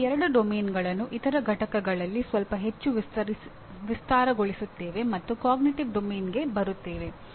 ನಾವು ಈ ಎರಡು ಕಾರ್ಯಕ್ಷೇತ್ರಗಳನ್ನು ಇತರ ಪಠ್ಯಗಳಲ್ಲಿ ಸ್ವಲ್ಪ ಹೆಚ್ಚು ವಿಸ್ತಾರಗೊಳಿಸುತ್ತೇವೆ ಮತ್ತು ಅರಿವಿನ ಕಾರ್ಯಕ್ಷೇತ್ರಕ್ಕೆ ಬರುತ್ತೇವೆ